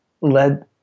led